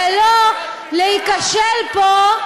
ולא להיכשל פה,